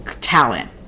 talent